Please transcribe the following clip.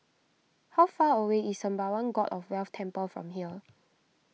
how far away is Sembawang God of Wealth Temple from here